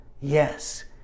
Yes